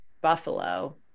Buffalo